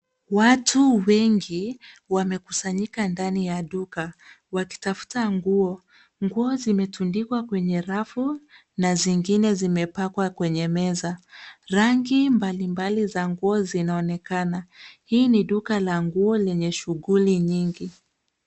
Watu wengi wamekusanyika ndani ya duka wakitafuta nguo. Nguo zimetundikwa kwenye rafu na zingine zimepangwa kwenye meza. Rangi mbali mbali za nguo zinaonekana hii ni duka la nguo lenye shughuli nyingi.